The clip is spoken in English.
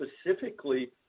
specifically